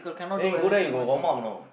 then you go there you got warm up not